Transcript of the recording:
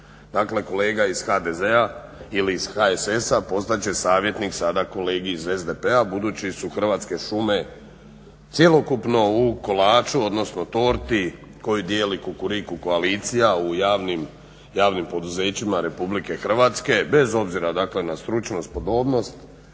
kolega iz HDZ-a ili iz HSS-a postat će savjetnik sada kolegi iz SDP-a budući su Hrvatske šume cjelokupno u kolaču odnosno torti koju dijeli Kukuriku koalicija u javnim poduzećima RH bez obzira dakle na stručnu spodobnost,